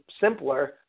simpler